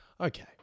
Okay